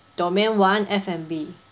domain one F&B